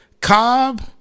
Cobb